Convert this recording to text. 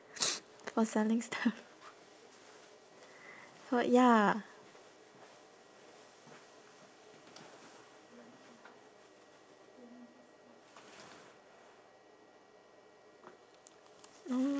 for selling stuff for ya